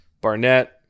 Barnett